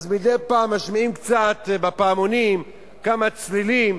מדי פעם משמיעים קצת בפעמונים כמה צלילים